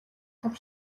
хог